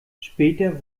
später